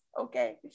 Okay